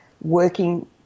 working